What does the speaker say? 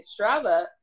Strava